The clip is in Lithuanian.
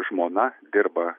žmona dirba